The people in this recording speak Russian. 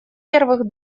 первых